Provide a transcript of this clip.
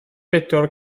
bedwar